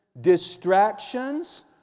Distractions